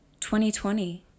2020